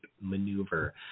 Maneuver